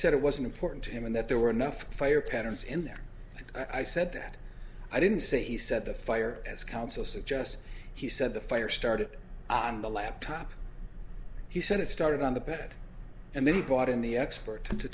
said it wasn't important to him and that there were enough fire patterns in there i said that i didn't say he said the fire as counsel suggests he said the fire started on the laptop he said it started on the bed and then he brought in the expert